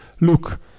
Look